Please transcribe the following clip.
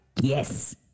Yes